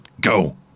go